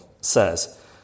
says